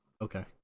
Okay